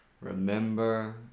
remember